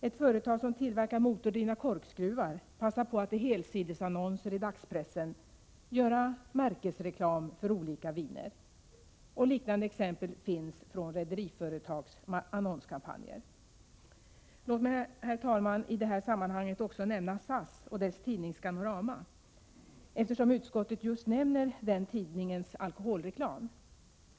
Ett företag som tillverkar motordrivna korkskruvar passar på att i helsidesannonser i dagspressen göra märkesreklam för olika viner. Liknande exempel finns från rederiföretags annonskampanjer. Låt mig i det här sammanhanget också nämna SAS och dess tidning Scanorama, eftersom utskottet just nämner denna tidnings alkoholreklam.